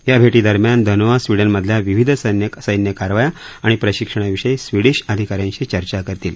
या भेटीदरम्यान धनोआ स्वीडन मधल्या विविध सैन्यकारवाया आणि प्रशिक्षणाविषयी स्वीडिश अधिकाऱ्यांशी चर्चा करतील